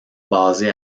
basée